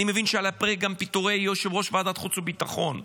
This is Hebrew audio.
אני מבין שעל הפרק גם פיטורי יושב-ראש ועדת החוץ והביטחון,